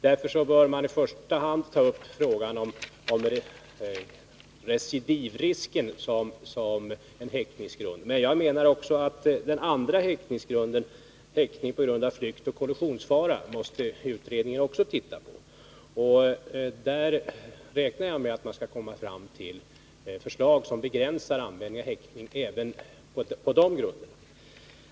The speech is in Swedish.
Därför bör man i första hand ta upp frågan om recidivrisken som häktningsgrund. Jag menar att den andra häktningsgrunden, häktning på grund av flyktrisk eller kollusionsfara, måste utredningen också se på. Där räknar jag med att man skall komma fram till förslag som begränsar användning av häktning även på de grunderna.